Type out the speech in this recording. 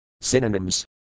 Synonyms